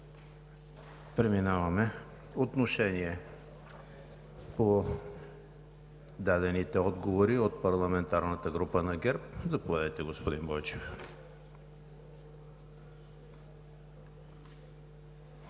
Вас няма. Отношение по дадените отговори – от парламентарната група на ГЕРБ, заповядайте, господин Бойчев.